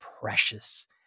precious